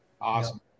awesome